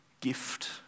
gift